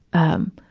um,